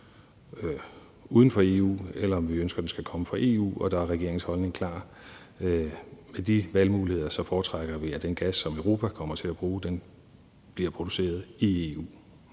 uden for EU, eller om vi ønsker, at den gas skal komme fra EU. Og der er regeringens holdning klar: Af de valgmuligheder foretrækker vi, at den gas, som Europa kommer til bruge, bliver produceret i EU.